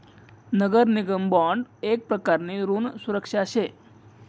नगर निगम बॉन्ड येक प्रकारनी ऋण सुरक्षा शे